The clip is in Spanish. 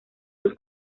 del